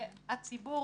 והציבור